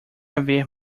haver